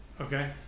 okay